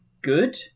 good